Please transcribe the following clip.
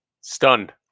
Stunned